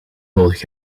nodig